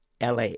LA